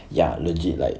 ya legit like